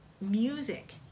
Music